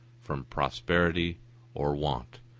from prosperity or want,